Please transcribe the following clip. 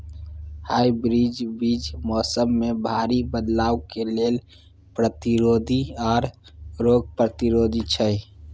hybrid बीज मौसम में भारी बदलाव के लेल प्रतिरोधी आर रोग प्रतिरोधी छै